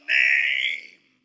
name